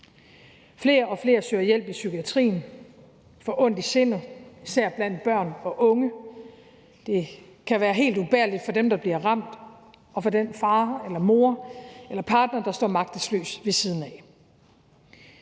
Flere og flere søger hjælp i psykiatrien, får ondt i sindet, især blandt børn og unge. Det kan være helt ubærligt for dem, der bliver ramt, og for den far eller mor eller partner, der står magtesløs ved siden af.